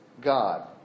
God